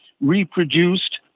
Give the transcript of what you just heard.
reproduced